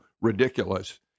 ridiculous